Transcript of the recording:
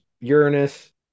Uranus